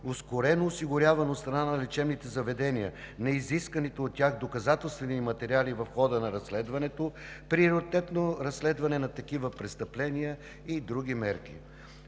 ускорено осигуряване от страна на лечебните заведения на изисканите от тях доказателствени материали в хода на разследването, приоритетно разследване на такива престъпления и други мерки.